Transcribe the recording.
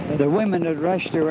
the women had rushed to